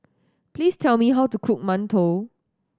please tell me how to cook mantou